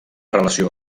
relació